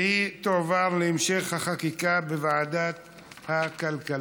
והיא תועבר להמשך החקיקה בוועדת הכלכלה.